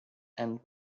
and